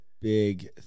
big